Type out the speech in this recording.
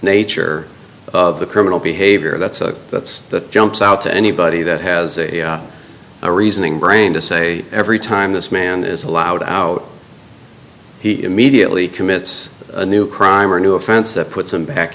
nature of the criminal behavior that's a that's that jumps out to anybody that has a reasoning brain to say every time this man is allowed out he immediately commits a new crime or a new offense that puts him back